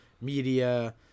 media